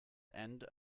end